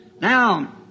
Now